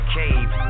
cave